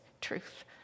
truth